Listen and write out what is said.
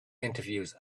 interviews